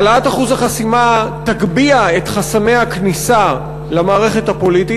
העלאת אחוז החסימה תגביה את חסמי הכניסה למערכת הפוליטית.